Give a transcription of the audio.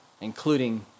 including